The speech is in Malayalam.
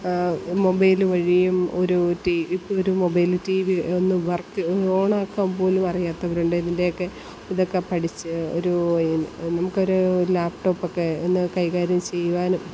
മൊബൈൽ വഴിയും ഒരു ടി ഇപ്പൊരു മെബൈൽ ടി വി ഒന്നു വർക്ക് ഓണാക്കാൻ പോലും അറിയാത്തവരുണ്ട് ഇതിൻറ്റെയൊക്കെ ഇതൊക്കെ പഠിച്ച് ഒരു നമുക്കൊരു ലാപ്ടോപ്പൊക്കെ ഒന്ന് കൈകാര്യം ചെയ്യുവാനും